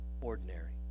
ordinary